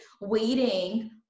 waiting